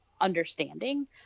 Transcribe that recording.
understanding